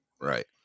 right